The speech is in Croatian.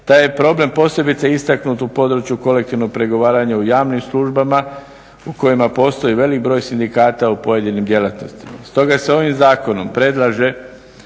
Taj je problem posebice istaknut u području kolektivnog pregovaranja u javnim službama u kojima postoji veliki broj sindikata u pojedinim djelatnostima. Stoga se ovim zakonom predlaže